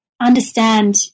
understand